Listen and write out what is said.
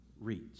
reads